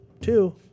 two